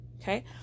Okay